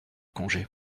congé